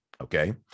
Okay